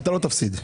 לא תפסיד.